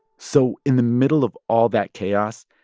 so in the middle of all that chaos,